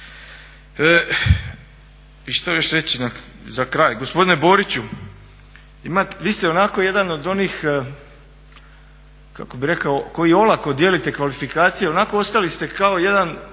I što još reći za kraj? Gospodine Boriću vi ste onako jedan od onih kako bi rekao koji olako dijelite kvalifikacije, onako ostali ste kao jedan